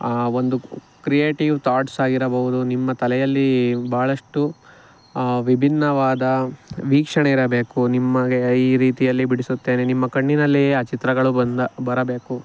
ಆ ಒಂದು creative thoughts ಆಗಿರಬಹುದು ನಿಮ್ಮ ತಲೆಯಲ್ಲಿ ಬಹಳಷ್ಟು ವಿಭಿನ್ನವಾದ ವೀಕ್ಷಣೆ ಇರಬೇಕು ನಿಮಗೆ ಈ ರೀತಿಯಲ್ಲಿ ಬಿಡಿಸುತ್ತೇನೆ ನಿಮ್ಮ ಕಣ್ಣಿನಲ್ಲಿಯೇ ಆ ಚಿತ್ರಗಳು ಬಂದು ಬರಬೇಕು